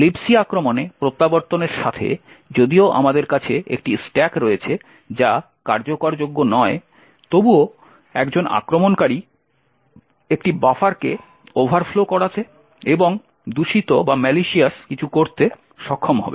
লিব C আক্রমণে প্রত্যাবর্তনের সাথে যদিও আমাদের কাছে একটি স্ট্যাক রয়েছে যা কার্যকরযোগ্য নয় তবুও একজন আক্রমণকারী একটি বাফারকে ওভারফ্লো করাতে এবং দূষিত কিছু করতে সক্ষম হবে